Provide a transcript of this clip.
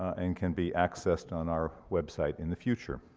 and can be accessed on our website in the future.